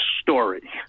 story